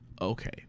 Okay